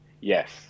Yes